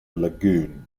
lagoon